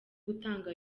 gutanga